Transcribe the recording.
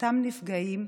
מאותם נפגעים,